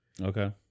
Okay